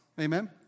Amen